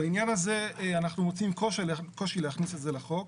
בעניין הזה אנחנו מוצאים קושי להכניס את זה לחוק.